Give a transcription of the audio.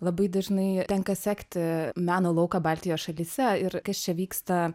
labai dažnai tenka sekti meno lauką baltijos šalyse ir kas čia vyksta